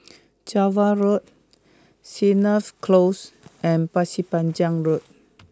Java Road Sennett Close and Pasir Panjang Road